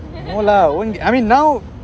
no lah when you I mean now